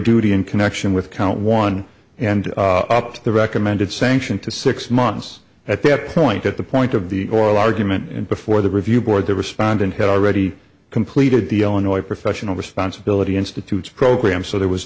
duty in connection with count one and up to the recommended sanction to six months at that point at the point of the oral argument and before the review board the respondent had already completed the eleanor professional responsibility institute's program so there was